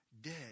dead